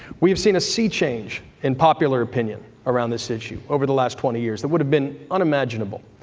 we have seen a sea change in popular opinion around this issue over the last twenty years that would have been unimaginable.